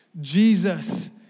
Jesus